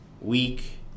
week